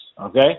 okay